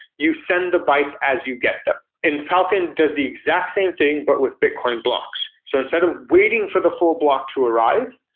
you send the bytes as you get them. falcon does the exact same thing, but with bitcoin blocks so instead of waiting for the full bloc to arrive,